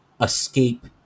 escape